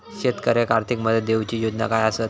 शेतकऱ्याक आर्थिक मदत देऊची योजना काय आसत?